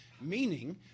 meaning